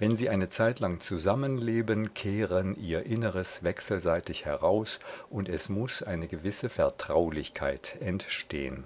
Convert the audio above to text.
wenn sie eine zeitlang zusammenleben kehren ihr inneres wechselseitig heraus und es muß eine gewisse vertraulichkeit entstehen